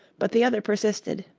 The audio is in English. but the other persisted